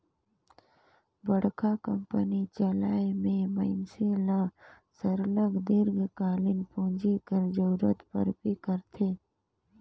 बड़का कंपनी चलाए में मइनसे ल सरलग दीर्घकालीन पूंजी कर जरूरत परबे करथे